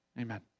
amen